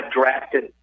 drafted